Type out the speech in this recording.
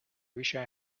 wished